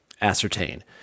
ascertain